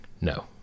No